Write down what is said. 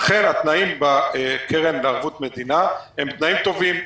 אכן התנאים בקרן בערבות המדינה הם תנאים טובים.